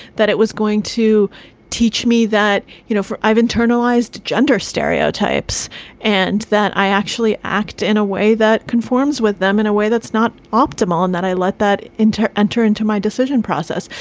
that it was going to teach me that, you know, i've internalized gender stereotypes and that i actually act in a way that conforms with them in a way that's not optimal and that i let that enter enter into my decision process.